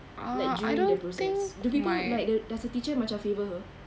like during the process do people like the does the teacher like favour her